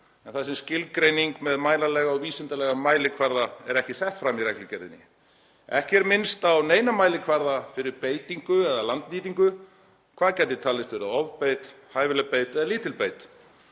þar sem skilgreining með mælanlegum og vísindalegum mælikvörðum er ekki sett fram í reglugerðinni. Ekki er minnst á neina mælikvarða fyrir beitingu eða landnýtingu; hvað gæti talist vera ofbeit, hæfileg beit eða lítil beit.